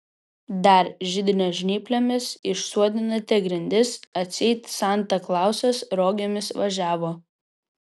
dar židinio žnyplėmis išsuodinate grindis atseit santa klausas rogėmis važiavo